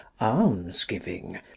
almsgiving